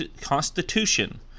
Constitution